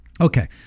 Okay